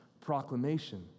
proclamation